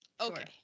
Okay